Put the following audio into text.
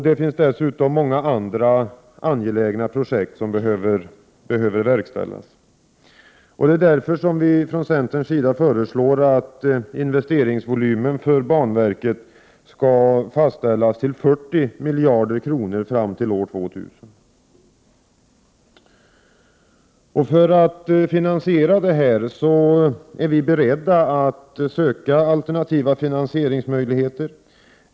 Det finns dessutom många andra angelägna projekt som behöver förverkligas. Det är därför vi från centerns sida föreslår att investeringsvolymen för | banverket skall fastställas till 40 miljarder kronor fram till år 2000. För att finansiera detta är vi beredda att söka alternativa finansieringsmöjligheter.